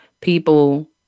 people